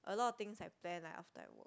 a lot of things I plan like after I work